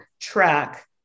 track